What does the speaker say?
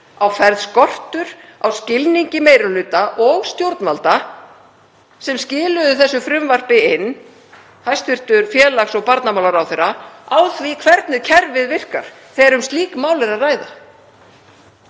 á ferð skortur á skilningi meiri hluta og stjórnvalda sem skiluðu þessu frumvarpi inn, hæstv. félags- og barnamálaráðherra, á því hvernig kerfið virkar þegar um slík mál er að ræða.